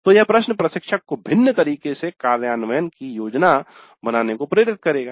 तो यह प्रश्न प्रशिक्षक को भिन्न तरीके से कार्यान्वयन की योजना बनाने को प्रेरित करेगा